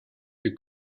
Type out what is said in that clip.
you